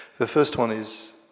the first one is,